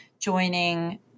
joining